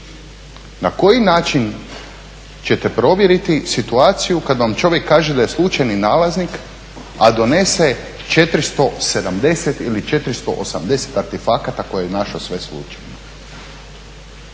Na koji način ćete provjeriti situaciju kad vam čovjek kaže da je slučajni nalaznik a donese 470 ili 480 artefakata koje je našao sve slučajno?